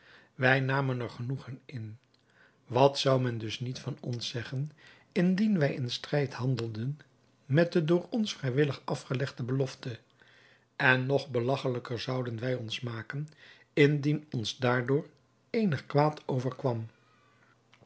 wij namen er genoegen in wat zou men dus niet van ons zeggen indien wij in strijd handelden met de door ons vrijwillig afgelegde belofte en nog belagchelijker zouden wij ons maken indien ons daardoor eenig kwaad overkwam